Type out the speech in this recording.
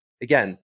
again